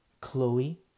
Chloe